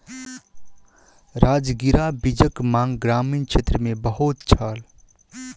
राजगिरा बीजक मांग ग्रामीण क्षेत्र मे बहुत छल